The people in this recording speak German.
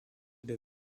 der